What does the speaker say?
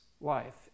life